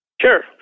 Sure